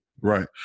Right